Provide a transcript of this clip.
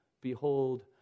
behold